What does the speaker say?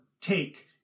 take